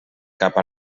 cap